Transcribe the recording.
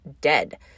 dead